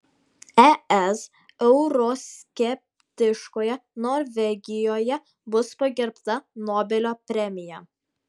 es euroskeptiškoje norvegijoje bus pagerbta nobelio premija